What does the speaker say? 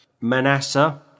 Manasseh